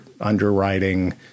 underwriting